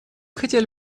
хотели